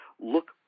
Look